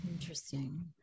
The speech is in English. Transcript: interesting